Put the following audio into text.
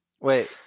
Wait